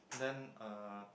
then uh